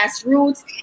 grassroots